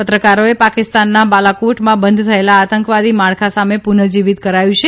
પત્રકારોએ પાકિસ્તાનના બાલાકોટમાં બંધ થયેલા આતંકવાદી માળખા સામે પુનઃજીવીત કરાયું છે